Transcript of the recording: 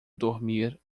dormir